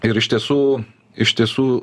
ir iš tiesų iš tiesų